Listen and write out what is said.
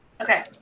Okay